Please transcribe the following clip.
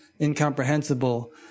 incomprehensible